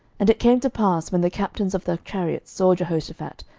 and it came to pass, when the captains of the chariots saw jehoshaphat,